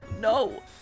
No